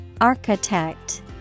Architect